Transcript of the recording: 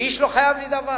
ואיש לא חייב לי דבר.